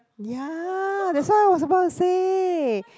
ya that's why I was supposed to say